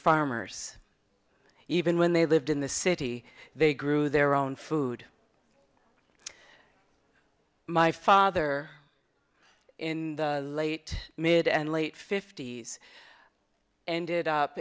farmers even when they lived in the city they grew their own food my father in the late mid and late fifty's ended up